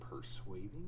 persuading